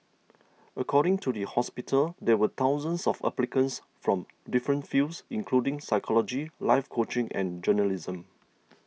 according to the hospital there were thousands of applicants from different fields including psychology life coaching and journalism